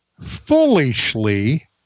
foolishly